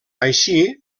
així